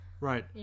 Right